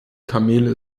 kamele